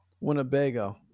Winnebago